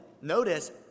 notice